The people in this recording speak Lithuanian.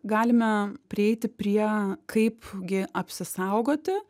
galime prieiti prie kaipgi apsisaugoti